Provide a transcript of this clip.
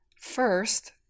First